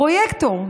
פרויקטור,